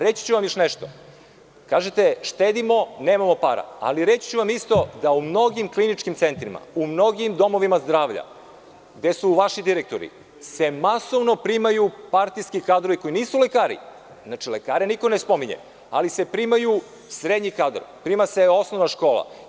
Reći ću vam još nešto, kažete – štedimo, nemamo para, ali reći ću vam isto da u mnogim kliničkim centrima, u mnogim domovima zdravlja, gde su vaši direktori, se masovno primaju partijski kadrovi koji nisu lekari, znači lekare niko ne spominje, ali se prima srednji kadar, prima se osnovna škola.